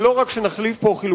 המטרה היא לא שנחליף פה דברים.